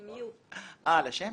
לשמש?